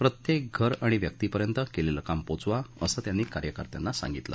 प्रत्येक घर आणि व्यक्तिपर्यंत केलेलं काम पोचवा असं त्यांनी कार्यकर्त्यांना सांगितलं